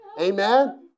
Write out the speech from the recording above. Amen